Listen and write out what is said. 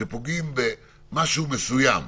שפוגעים במשהו מסוים.